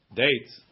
dates